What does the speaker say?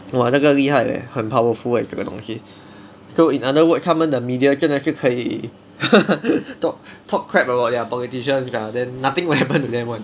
!wah! 那个厉害 leh 很 powerful leh 这个东西 so in other words 他们的 media 真的是可以 talk talk crap about their politicians ah then nothing will happen to them [one]